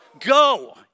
Go